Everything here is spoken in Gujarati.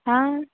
હા